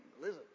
listen